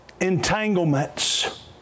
entanglements